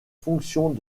fonctions